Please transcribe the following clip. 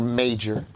major